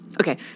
Okay